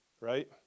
right